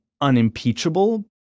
unimpeachable